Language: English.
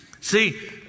See